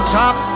top